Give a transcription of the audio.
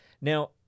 Now